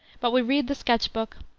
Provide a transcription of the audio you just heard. but we read the sketch book,